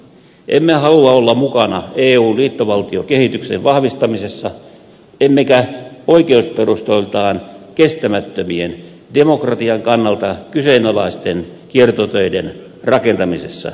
emme halua olla mukana eun liittovaltiokehityksen vahvistamisessa emmekä oikeusperustoiltaan kestämättömien demokratian kannalta kyseenalaisten kiertoteiden rakentamisessa